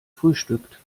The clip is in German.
frühstückt